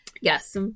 Yes